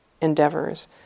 endeavors